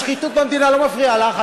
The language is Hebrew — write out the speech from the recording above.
השחיתות במדינה לא מפריעה לך,